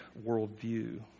worldview